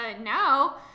now